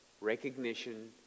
recognition